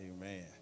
Amen